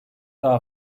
daha